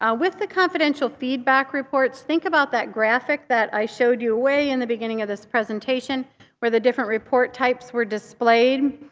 ah with the confidential feedback reports, think about that graphic that i showed you way in the beginning of this presentation where the different report types were displayed.